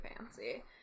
fancy